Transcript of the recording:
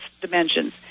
dimensions